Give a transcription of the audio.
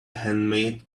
handmade